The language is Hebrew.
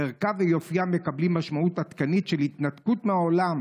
ערכה ויופייה מקבלים משמעות עדכנית של התנתקות מהעולם